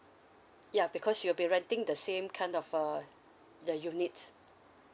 ya because you'll be renting the same kind of uh the unit